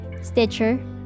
Stitcher